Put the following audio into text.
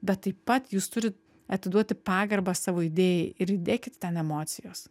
bet taip pat jūs turit atiduoti pagarbą savo idėjai ir įdėkit ten emocijos